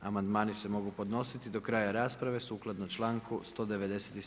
Amandmani se mogu podnositi do kraja rasprave sukladno članku 197.